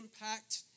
impact